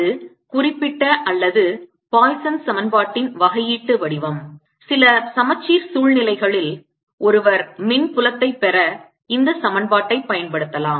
அது குறிப்பிட்ட அல்லது பாய்சன் சமன்பாட்டின் வகையீட்டு வடிவம் சில சமச்சீர் சூழ்நிலைகளில் ஒருவர் மின் புலத்தைப் பெற இந்த சமன்பாட்டைப் பயன்படுத்தலாம்